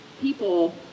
people